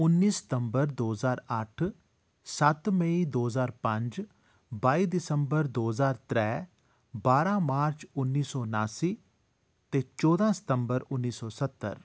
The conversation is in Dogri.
उ'न्नी सितम्बर दो ज्हार अट्ठ सत्त मई दो ज्हार पंज बाई दिसम्बर दो ज्हार त्रैऽ बारां मार्च उ'न्नी सौ नास्सीं ते चौदां सितम्बर उ'न्नी सौ सत्तर